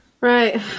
Right